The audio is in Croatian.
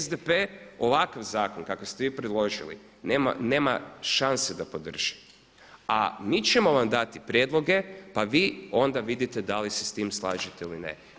SDP ovakav zakon kakav ste vi predložili nema šanse da podrži, a mi ćemo vam dati prijedloge pa vi onda vidite da li se s tim slažete ili ne.